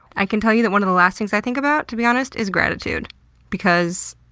i can tell you that one of the last things i think about, to be honest, is gratitude because